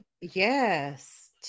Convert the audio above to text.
Yes